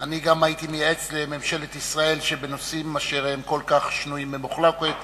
אני גם הייתי מייעץ לממשלת ישראל שבנושאים שהם כל כך שנויים במחלוקת,